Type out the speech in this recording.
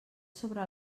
sobre